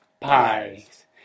pies